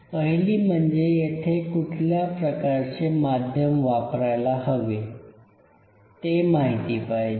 पहिली म्हणजे येथे कुठल्या प्रकारचे माध्यम वापरायला हवे ते माहिती पाहिजे